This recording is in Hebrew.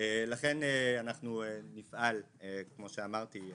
לכן אנחנו נפעל, כמו שאמרתי,